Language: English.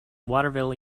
waterville